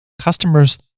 Customers